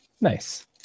nice